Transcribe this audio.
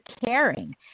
caring